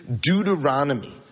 Deuteronomy